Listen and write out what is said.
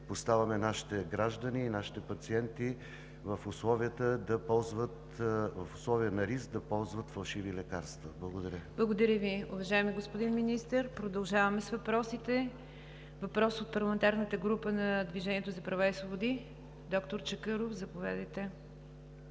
поставяме нашите граждани и нашите пациенти в условия на риск да ползват фалшиви лекарства. Благодаря. ПРЕДСЕДАТЕЛ НИГЯР ДЖАФЕР: Благодаря Ви, уважаеми господин Министър. Продължаваме с въпросите. Въпрос от парламентарната група на „Движение за права и свободи“ – доктор Чакъров, заповядайте,